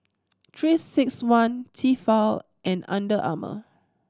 Three Six One Tefal and Under Armour